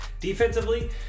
Defensively